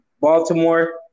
baltimore